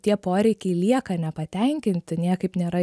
tie poreikiai lieka nepatenkinti niekaip nėra